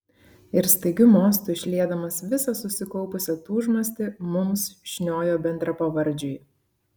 ir staigiu mostu išliedamas visą susikaupusią tūžmastį mums šniojo bendrapavardžiui